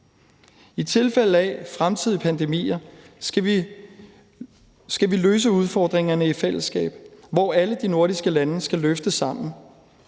I tilfælde af fremtidige pandemier skal vi løse udfordringerne i fællesskab, hvor alle de nordiske lande skal løfte sammen.